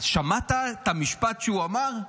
שמעת את המשפט שהוא אמר?